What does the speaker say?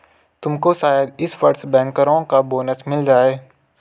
तुमको शायद इस वर्ष बैंकरों का बोनस मिल जाए